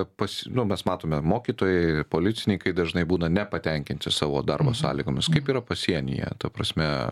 pas nu mes matome mokytojai ir policininkai dažnai būna nepatenkinti savo darbo sąlygomis kaip yra pasienyje ta prasme